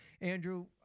andrew